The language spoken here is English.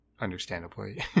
understandably